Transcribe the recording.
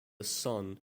son